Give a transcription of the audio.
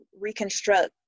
reconstruct